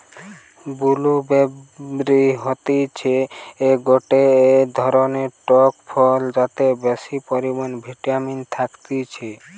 blue বেরি হতিছে গটে ধরণের টক ফল যাতে বেশি পরিমানে ভিটামিন থাকতিছে